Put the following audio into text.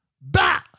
Bah